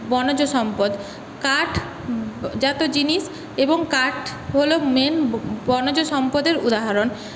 বনজ সম্পদ কাঠজাত জিনিস এবং কাঠ হলো মেন বনজ সম্পদের উদাহরণ